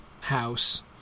house